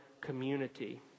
community